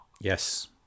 Yes